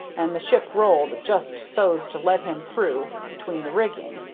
and the ship rolled just so's to let him through between the rigging,